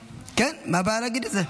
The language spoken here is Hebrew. כן, מה הבעיה להגיד את זה?